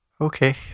Okay